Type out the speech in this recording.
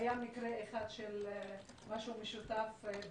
היה מקרה אחד של משהו משותף.